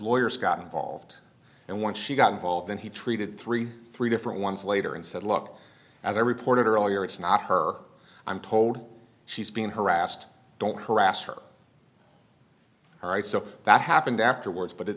lawyers got involved and once she got involved then he treated three three different ones later and said look as i reported earlier it's not her i'm told she's being harassed don't harass her all right so that happened afterwards but it